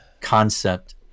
concept